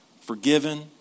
forgiven